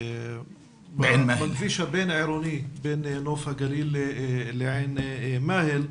בכביש הבין-עירוני בין נוף הגליל לעין מאהל,